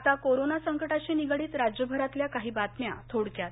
आता कोरोना संकटाशी निगडीत राज्यभरातल्या काही बातम्या थोडक्यात